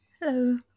Hello